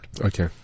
Okay